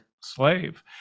slave